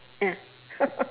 ya